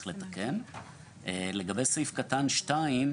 לגבי סעיף קטן (2):